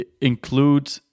include